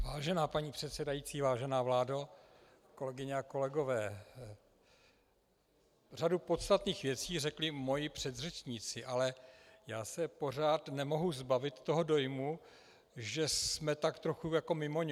Vážená paní předsedající, vážená vládo, kolegyně a kolegové, řadu podstatných věcí řekli moji předřečníci, ale já se pořád nemohu zbavit dojmu, že jsme teď tak trochu jako mimoňové.